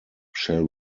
shall